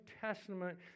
Testament